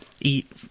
eat